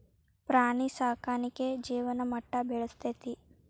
ಪ್ರಾಣಿ ಸಾಕಾಣಿಕೆ ಜೇವನ ಮಟ್ಟಾ ಬೆಳಸ್ತತಿ